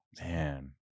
Man